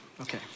Okay